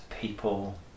people